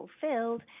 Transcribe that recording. fulfilled